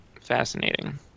fascinating